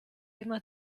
immer